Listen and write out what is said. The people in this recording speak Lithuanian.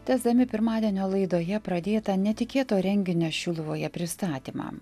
tęsdami pirmadienio laidoje pradėtą netikėto renginio šiluvoje pristatymą